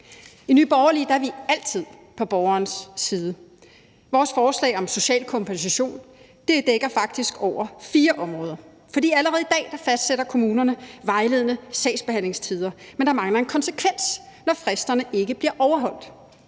I Nye Borgerlige er vi altid på borgerens side. Vores forslag om social kompensation dækker faktisk over fire områder. For allerede i dag fastsætter kommunerne vejledende sagsbehandlingstider, men der mangler en konsekvens, når fristerne ikke bliver overholdt.